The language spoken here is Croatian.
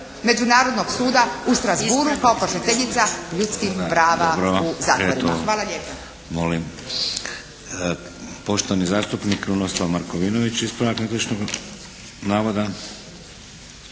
Međunarodnog suda u Strasbourgu kao kršiteljica ljudskih prava u zakonima.